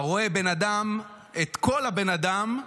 אתה רואה את כל הבן אדם,